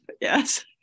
yes